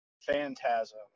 phantasm